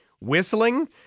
whistling